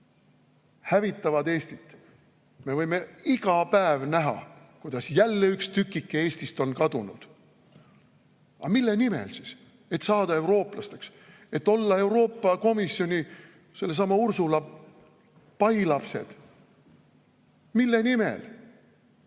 hävitavad Eestit. Me võime iga päev näha, kuidas jälle üks tükike Eestist on kadunud. Aga mille nimel? Et saada eurooplasteks, olla Euroopa Komisjonis sellesama Ursula pailapsed. Mille nimel? See